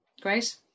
Great